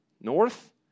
north